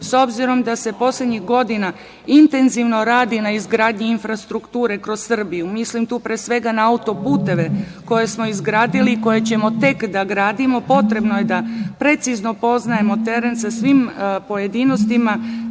obzirom da se poslednjih godina intenzivno radi na izgradnji infrastrukture kroz Srbiju, mislim tu, pre svega, na autoputeve koje smo izgradili, koje ćemo tek da gradimo, potrebno je da precizno poznajemo teren sa svim pojedinostima